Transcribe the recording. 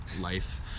life